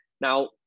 Now